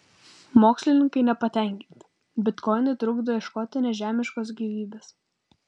mokslininkai nepatenkinti bitkoinai trukdo ieškoti nežemiškos gyvybės